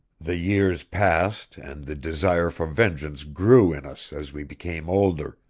the years passed, and the desire for vengeance grew in us as we became older,